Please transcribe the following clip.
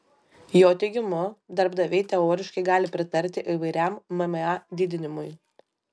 jo teigimu darbdaviai teoriškai gali pritarti įvairiam mma didinimui